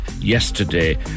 yesterday